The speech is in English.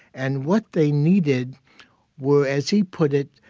and what they needed were, as he put it,